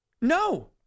No